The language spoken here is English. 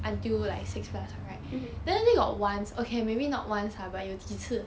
mm